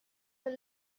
were